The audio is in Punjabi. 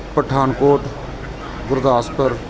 ਪਠਾਨਕੋਟ ਗੁਰਦਾਸਪੁਰ